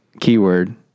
keyword